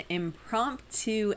impromptu